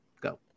Go